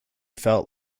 felt